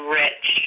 rich